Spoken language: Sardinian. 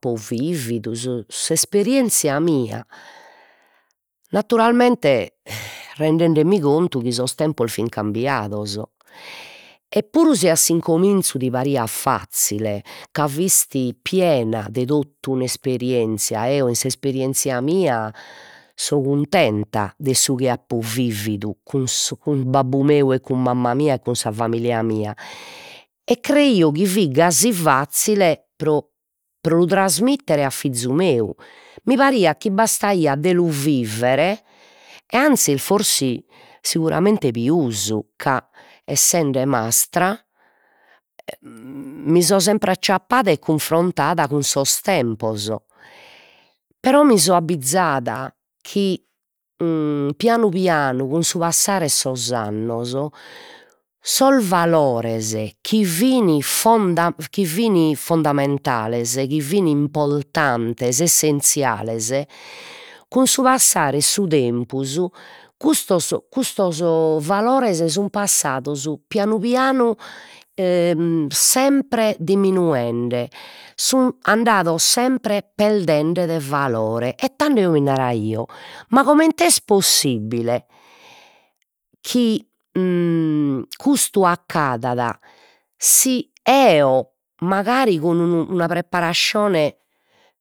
Apo vividu su s'esperienzia mia, naturalmente rendendemi contu chi sos tempos fin cambiados e puru si a s'incominzu ti pariat fazzile ca fisti piena de totu un'esperienzia, eo in s'esperienzia mia so cuntenta de su chi apo vividu cun su cun babbu meu e cun mamma mia, e cun sa familia mia e creio chi fit gasi fazzile pro pro lu trasmittere a fizu meu, mi pariat chi bastaiat de lu viver e anzis forsi seguramente pius, ca essende mastra mi so sempre e cunfrontada cun sos tempos, però mi so abbizada chi pianu pianu cun su passare 'e sos annos sos valores chi fin funda chi fin fundamentales, chi fin importantes, essenziales, cun su passare 'e su tempus custos custos valores sun passados pianu pianu e sempre diminuende, sun andados sempre perdende de valore e tando eo mi naraio ma coment'est possibbile chi custu accadat si eo mancari cun unu una preparascione